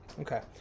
Okay